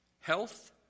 Health